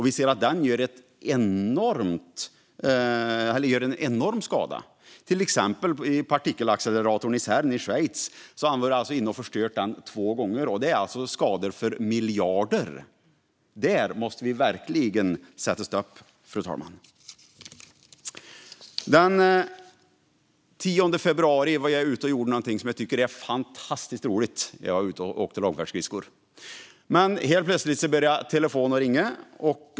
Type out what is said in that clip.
Vi ser att den gör en enorm skada; till exempel har den varit inne i partikelacceleratorn i Cern i Schweiz och förstört den två gånger. Det handlar om skador för miljarder. Där måste vi verkligen sätta stopp, fru talman. Den 10 februari var jag ute och gjorde någonting som jag tycker är fantastiskt roligt: Jag var ute och åkte långfärdsskridskor. Men helt plötsligt började telefonen att ringa.